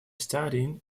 studying